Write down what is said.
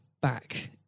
back